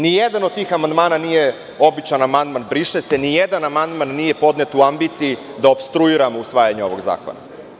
Ni jedan od tih amandmana nije običan amandman, „briše se“, ni jedan amandmana nije podnet u ambiciji da opstruiramo usvajanje ovog zakona.